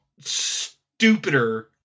stupider